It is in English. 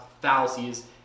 fallacies